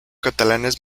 catalanes